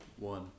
One